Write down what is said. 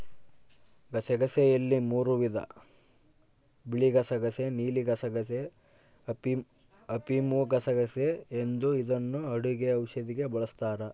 ಗಸಗಸೆಯಲ್ಲಿ ಮೂರೂ ವಿಧ ಬಿಳಿಗಸಗಸೆ ನೀಲಿಗಸಗಸೆ, ಅಫಿಮುಗಸಗಸೆ ಎಂದು ಇದನ್ನು ಅಡುಗೆ ಔಷಧಿಗೆ ಬಳಸ್ತಾರ